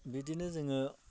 बिदिनो जोङो